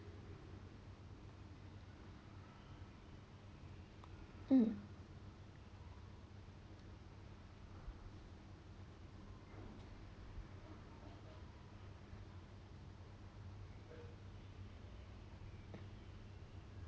mm